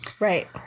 Right